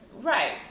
Right